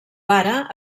pare